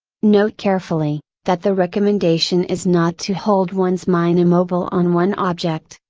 note carefully, that the recommendation is not to hold one's mind immobile on one object,